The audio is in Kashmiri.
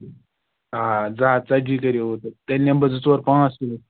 آ زٕ ہَتھ ژَتجی کٔرِو ہُہ تہٕ تیٚلہِ نِمہٕ بہٕ زٕ ژور پانٛژھ کِلوٗ